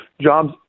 jobs